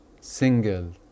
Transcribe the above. single